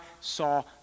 saw